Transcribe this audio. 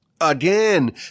Again